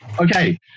Okay